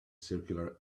circular